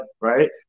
right